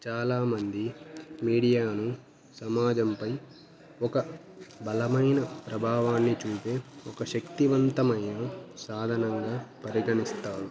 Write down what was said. చాలామంది మీడియాను సమాజంపై ఒక బలమైన ప్రభావాన్ని చూపే ఒక శక్తివంతమైన సాధనంగా పరిగణిస్తారు